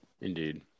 Indeed